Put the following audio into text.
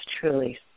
truly